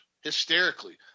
hysterically